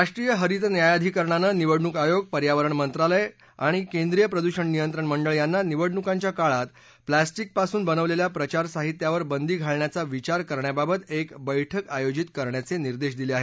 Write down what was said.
राष्ट्रीय हरित न्यायाधिकरणानं निवडणूक आयोग पर्यावरण मंत्रालय आणि केंद्रीय प्रदूषण नियंत्रण मंडळ यांना निवडणुकांच्या काळात प्लॅसिक्रिपासून बनवलेल्या प्रचार साहित्यावर बंदी घालण्याचा विचार करण्याबाबत एक बस्क्रि आयोजित करण्याचे निर्देश दिले आहेत